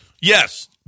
Yes